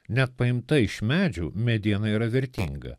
net paimta iš medžių mediena yra vertinga